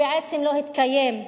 שבעצם לא התקיים כלל.